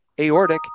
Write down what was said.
aortic